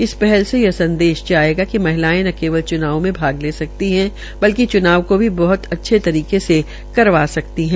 इस पहल से यह संदेश जाएगा कि महिलाएं न केवल च्नाव में भाग ले सकती हैं बल्कि चुनाव को भी बहूत अच्छी तरीके से करवा सकती हैं